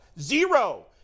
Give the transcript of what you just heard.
Zero